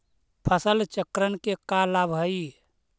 फसल चक्रण के का लाभ हई?